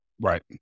Right